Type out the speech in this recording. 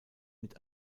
mit